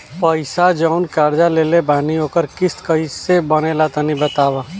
पैसा जऊन कर्जा लेले बानी ओकर किश्त कइसे बनेला तनी बताव?